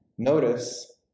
Notice